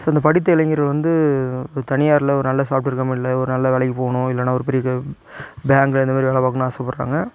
so படித்த இளைஞர்கள் வந்து தனியாரில் ஒரு நல்ல சாஃப்ட்வேர் கம்பெனியில் ஒரு நல்ல வேலைக்கு போகணும் இல்லைனா ஒரு பெரிய பேங்க்கில் இந்த மாரி வேலை பார்க்கணும்னு ஆசைப் படறாங்க